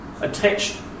attached